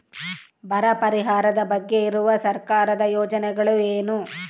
ಬರ ಪರಿಹಾರದ ಬಗ್ಗೆ ಇರುವ ಸರ್ಕಾರದ ಯೋಜನೆಗಳು ಏನು?